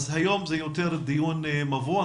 היום זה יותר דיון מבוא.